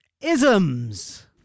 Isms